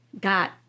got